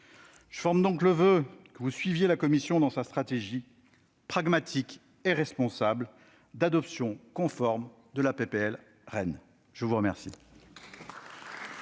Je forme donc le voeu que vous suiviez la commission dans sa stratégie, pragmatique et responsable, d'adoption conforme de la proposition de loi REEN.